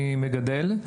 אני מגדל.